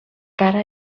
cara